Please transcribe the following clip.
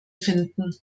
finden